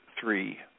three